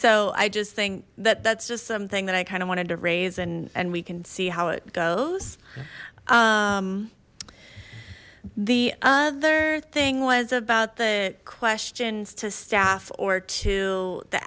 so i just think that that's just something that i kind of wanted to raise and and we can see how it goes the other thing was about the questions to staff or to the